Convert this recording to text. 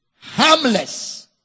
harmless